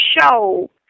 show